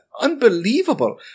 Unbelievable